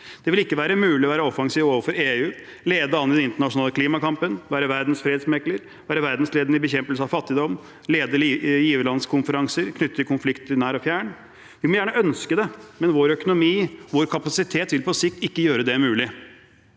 Det vil ikke være mulig både å være offensiv overfor EU, lede an i den internasjonale klimakampen, være verdens fredsmegler, være verdensledende i bekjempelse av fattigdom og lede giverlandskonferanser knyttet til konflikter nært og fjernt. Vi må gjerne ønske det, men vår økonomi og vår kapasitet vil på sikt ikke gjøre det mulig.